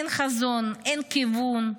אין חזון, אין כיוון.